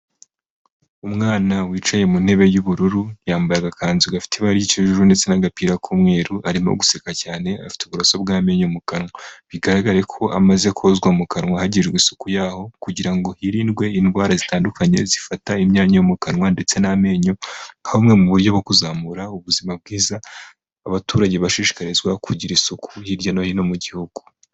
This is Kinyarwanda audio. Umwana wicaye mu ntebe y'ubururu, yambaye agakanzu gafite ibara ry'ikijuju ndetse n'agapira k'umweru, arimo guseka cyane afite uburoso bw'amenyo mu kanwa, bigaragare ko amaze kozwa mu kanwa, hagirwa isuku yaho kugira ngo hirindwe indwara zitandukanye zifata imyanya yo mu kanwa, ndetse n'amenyo, bumwe mu buryo bwo kuzamura ubuzima bwiza abaturage bashishikarizwa kugira isuku hirya no hino mu gihugu.